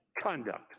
conduct